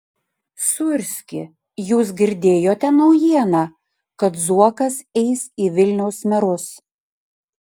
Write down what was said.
sūrski jūs girdėjote naujieną kad zuokas eis į vilniaus merus